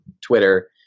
Twitter